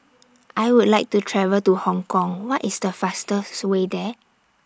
I Would like to travel to Hong Kong What IS The fastest Way There